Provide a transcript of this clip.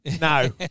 No